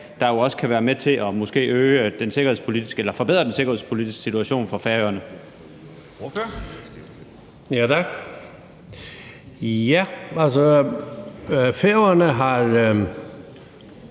der jo også kunne være med til måske at forbedre den sikkerhedspolitiske situation for Færøerne? Kl. 21:40 Formanden